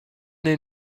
est